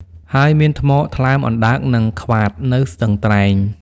ហើយមានថ្មថ្លើមអណ្ដើក និង ក្វាត នៅស្ទឹងត្រែង។